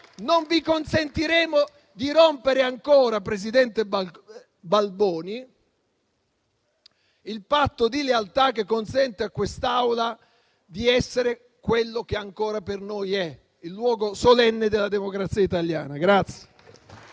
non vi consentiremo di rompere ancora, presidente Balboni, il patto di lealtà che consente a quest'Assemblea di essere quello che ancora per noi è: il luogo solenne della democrazia italiana.